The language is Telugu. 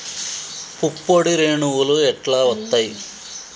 పుప్పొడి రేణువులు ఎట్లా వత్తయ్?